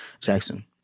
Jackson